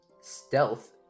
Stealth